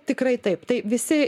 tikrai taip tai visi